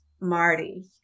Marty